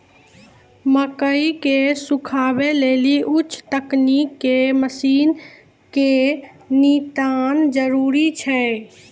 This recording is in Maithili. मकई के सुखावे लेली उच्च तकनीक के मसीन के नितांत जरूरी छैय?